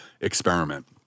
experiment